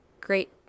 great